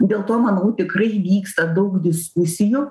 dėl to manau tikrai įvyksta daug diskusijų